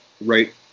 right